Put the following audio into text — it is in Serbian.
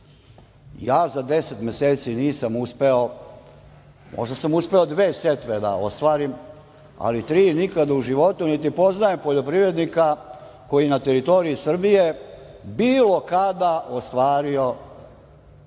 Ja za 10 meseci nisam uspeo, možda sam uspeo dve setve da ostvarim, ali tri nikada u životu, niti poznajem poljoprivrednika koji je na teritoriji Srbije, bilo kada, ostvario tri setve